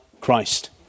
Christ